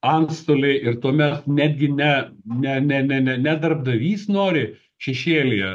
antstoliai ir tuomet netgi ne ne ne ne ne ne darbdavys nori šešėlyje